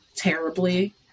terribly